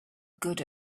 good